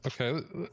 Okay